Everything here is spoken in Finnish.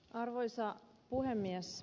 arvoisa puhemies